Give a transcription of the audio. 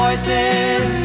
Voices